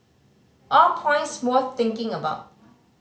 all points worth thinking about